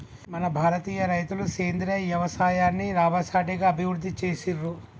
మన భారతీయ రైతులు సేంద్రీయ యవసాయాన్ని లాభసాటిగా అభివృద్ధి చేసిర్రు